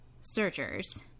searchers